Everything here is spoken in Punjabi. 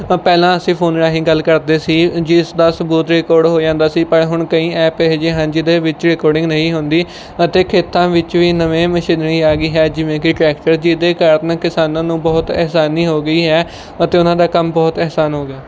ਪਹਿਲਾਂ ਅਸੀਂ ਫੋਨ ਰਾਹੀਂ ਗੱਲ ਕਰਦੇ ਸੀ ਜਿਸ ਦਾ ਸਬੂਤ ਰਿਕੋਡ ਹੋ ਜਾਂਦਾ ਸੀ ਪਰ ਹੁਣ ਕਈ ਐਪ ਇਹੋ ਜਿਹੇ ਹਨ ਜਿਹਦੇ ਵਿੱਚ ਰਿਕੋਰਡਿੰਗ ਨਹੀਂ ਹੁੰਦੀ ਅਤੇ ਖੇਤਾਂ ਵਿੱਚ ਵੀ ਨਵੇਂ ਮਸ਼ੀਨਰੀ ਆ ਗਈ ਹੈ ਜਿਵੇਂ ਕਿ ਟਰੈਕਟਰ ਜਿਹਦੇ ਕਾਰਨ ਕਿਸਾਨਾਂ ਨੂੰ ਬਹੁਤ ਆਸਾਨੀ ਹੋ ਗਈ ਹੈ ਅਤੇ ਉਹਨਾਂ ਦਾ ਕੰਮ ਬਹੁਤ ਆਸਾਨ ਹੋ ਗਿਆ